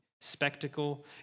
spectacle